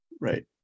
Right